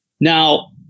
Now